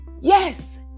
yes